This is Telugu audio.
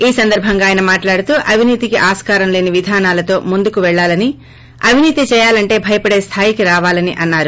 ఈ సందర్భముగా ఆయన మాట్లాడుతూ అవినీతికి ఆస్కారం లేని విధానాలతో ముందుకు పెళ్లాలని అవినీతి చేయాలంటే భయపడే స్థాయికి రావాలని అన్నారు